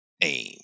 aim